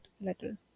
little